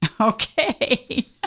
Okay